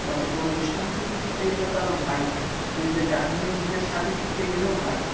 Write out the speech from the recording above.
হয়তো কোনো অনুষ্ঠান থেকে ফিরতে গেলেও তারা ভয় পায় নিজের গার্জিয়েনদের সাথে ফিরতে গেলেও ভয় পায়